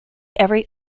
every